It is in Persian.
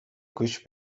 گوش